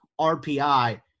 RPI